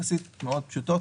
יחסית מאוד פשוטות.